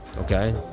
Okay